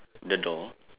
the door